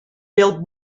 bill